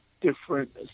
different